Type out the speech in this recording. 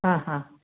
ಹಾಂ ಹಾಂ